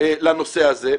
לנושא הזה,